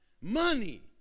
Money